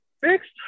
fixed